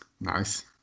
Nice